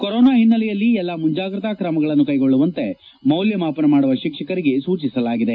corona ಹಿನ್ನೆಲೆಯಲ್ಲಿ ಎಲ್ಲಾ ಮುಂಜಾಗ್ಲತಾ ಕ್ರಮಗಳನ್ನು ಕೈಗೊಳ್ಳುವಂತೆ ಮೌಲ್ಲಮಾಪನ ಮಾಡುವ ಶಿಕ್ಷಕರಿಗೆ ಸೂಚಿಸಲಾಗಿದೆ